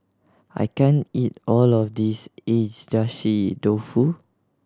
I can't eat all of this Agedashi Dofu